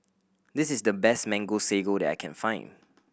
this is the best Mango Sago that I can find